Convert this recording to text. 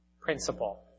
principle